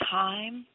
time